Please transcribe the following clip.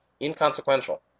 inconsequential